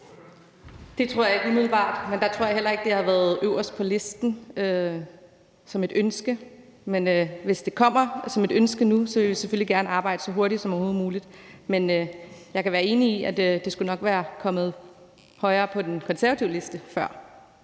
Det tror jeg ikke umiddelbart, men der tror jeg heller ikke, det har været øverst på listen som et ønske. Men hvis det kommer som et ønske nu, vil vi selvfølgelig gerne arbejde så hurtigt som overhovedet muligt. Men jeg kan være enig i, at det nok skulle have været højere på den konservative liste før.